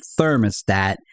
thermostat